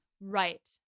Right